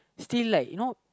still like you know